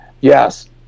Yes